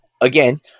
Again